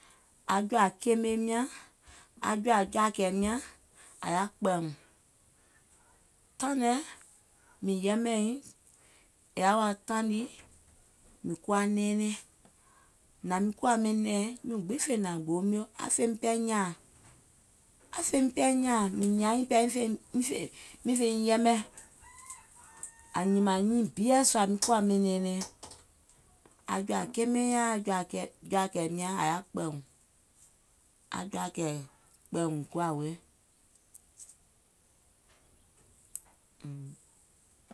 Aŋ jɔ̀ȧ keemeim nyàŋ, aŋ jɔ̀à jààkɛ̀ɛ̀im nyàŋ, àŋ yaà kpɛ̀ɛ̀ùŋ. Taìŋ nɛ mìŋ yɛmɛ̀iŋ, è yaà wa taìŋ nii mìŋ kuwa nɛɛnɛŋ, nààŋim kuwà ɓɛìŋ nɛ̀ŋ, nyùùŋ gbiŋ fè hnàŋ gboo mio, aŋ fèim pɛɛ nyààŋ, aŋ fèim pɛɛ nyààŋ, mìŋ nyàaŋ nyìŋ pɛɛ miŋ fè nyiŋ yɛmɛ̀. Àŋ nyìmàŋ nyiŋ biɛ̀ sùà miŋ kuwà ɓɛìŋ nɛɛnɛŋ. Aŋ keemeim nyàŋ, aŋ jɔ̀à jààkɛ̀ɛ̀im nyȧŋ yaȧ kpɛ̀ɛ̀ùŋ.